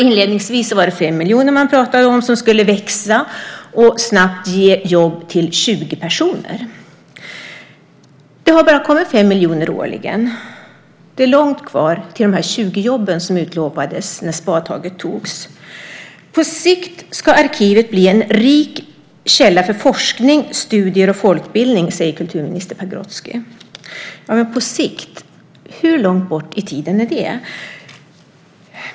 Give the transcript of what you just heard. Inledningsvis pratade man om 5 miljoner, som skulle växa och snabbt ge jobb till 20 personer. Det har bara kommit 5 miljoner årligen, och det är långt kvar till de 20 jobb som utlovades när spadtaget togs. På sikt ska arkivet bli "en rik källa för forskning, studier och folkbildning", säger kulturminister Pagrotsky. "På sikt", hur långt bort i tiden är det?